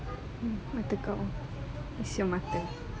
mata kau kesian mata